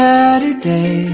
Saturday